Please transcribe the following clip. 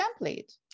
template